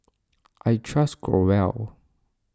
I trust Growell